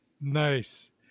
Nice